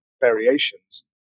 variations